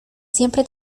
siempre